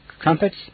trumpets